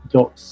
dot